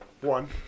one